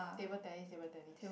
table tennis table tennis